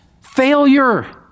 failure